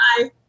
Bye